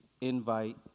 invite